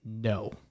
No